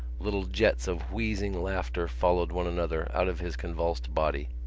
little jets of wheezing laughter followed one another out of his convulsed body.